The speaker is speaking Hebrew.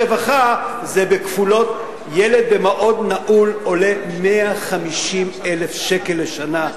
ברווחה זה בכפולות: ילד במעון נעול עולה 150,000 שקל בשנה,